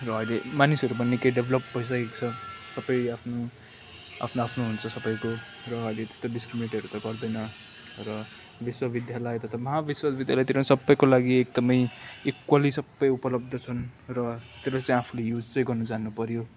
र अहिले मानिसहरू पनि निकै डेभ्लप भइसकेको छ सबै आफ्नो आफ्नो आफ्नो हुन्छ सबैको र अहिले त्यस्तो डिस्क्रिमिनेटहरू त गर्दैन र विश्वविद्यालय तथा महा विश्वविद्यालयहरूतिर सबैको लागि एकदमै इक्वल्ली सबै उपल्ब्ध छन् र त्यसलाई चाहिँ आफूले युज चाहिँ गर्न जान्नुपर्यो